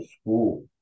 school